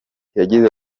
yagize